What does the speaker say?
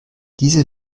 diese